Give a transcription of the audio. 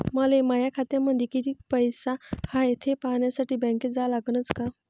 मले माया खात्यामंदी कितीक पैसा हाय थे पायन्यासाठी बँकेत जा लागनच का?